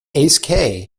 ace